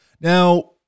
Now